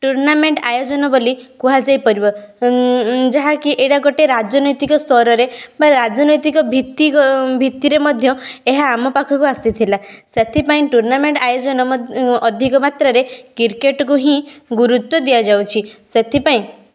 tournament ଆୟୋଜନ ବୋଲି କୁହାଯାଇ ପାରିବ ଯାହାକି ଏଇଟା ଗୋଟେ ରାଜନୀତିକ ସ୍ତରରେ ଆମେ ରାଜନୀତିକ ଭିତ୍ତିକ ଭିତ୍ତିରେ ମଧ୍ୟ ଏହା ଆମ ପାଖକୁ ଆସିଥିଲା ସେଥିପାଇଁ ଟୁର୍ନାମେଣ୍ଟ ଆୟୋଜନ ଅଧିକ ମାତ୍ରରେ କ୍ରିକେଟ୍ କୁ ହିଁ ଗୁରୁତ୍ୱ ଦିଆଯାଉଛି ସେଥିପାଇଁ